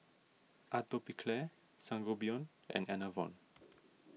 Atopiclair Sangobion and Enervon